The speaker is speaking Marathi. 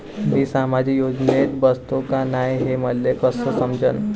मी सामाजिक योजनेत बसतो का नाय, हे मले कस समजन?